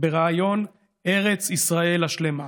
ברעיון ארץ ישראל השלמה.